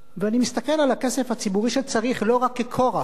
ואני מסתכל על הכסף הציבורי שצריך לא רק ככורח,